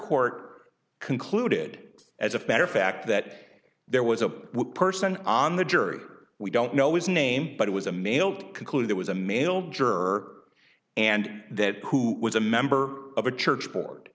court concluded as a matter fact that there was a person on the jury we don't know his name but it was a male conclude it was a male juror and that who was a member of a church board